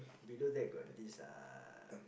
below that got this uh